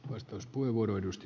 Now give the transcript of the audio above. arvoisa puhemies